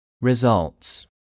Results